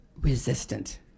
resistant